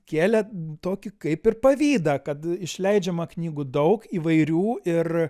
kėlė tokį kaip ir pavydą kad išleidžiama knygų daug įvairių ir